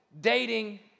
dating